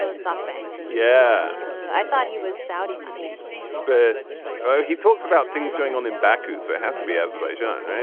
so softbank. yeah i thought he was saudi money but he talks about things going on in baku so it has to be azerbaijan right.